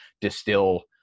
distill